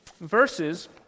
verses